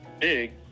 big